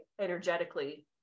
energetically